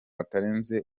batarenze